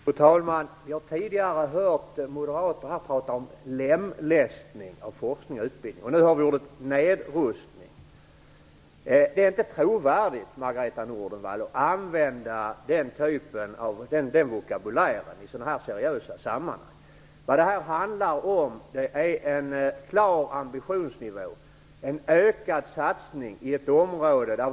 Fru talman! Vi har tidigare hört moderater prata om "lemlästning" av forskning och utbildning. Nu hör vi ordet "nedrustning". Det är inte trovärdigt, Margareta Nordenvall, att använda den vokabulären i så här seriösa sammanhang. Vi har en klar ambitionsnivå, och vi gör en ökad satsning i detta område.